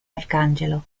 arcangelo